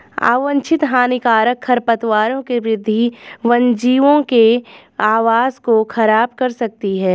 अवांछित हानिकारक खरपतवारों की वृद्धि वन्यजीवों के आवास को ख़राब कर सकती है